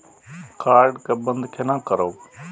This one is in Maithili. कार्ड के बन्द केना करब?